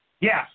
Yes